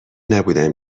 نبودم